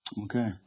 Okay